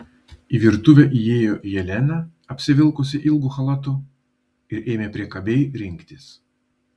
į virtuvę įėjo jelena apsivilkusi ilgu chalatu ir ėmė priekabiai rinktis